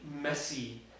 messy